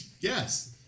Yes